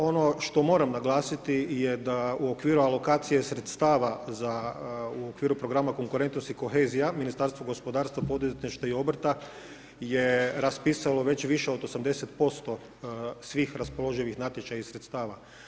Ono što moram naglasiti je da u okviru alokacije sredstava u okviru Programa konkurentnost i kohezija Ministarstvo gospodarstva, poduzetništva i obrta je raspisalo već više od 80% svih raspoloživih natječaja i sredstava.